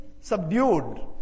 subdued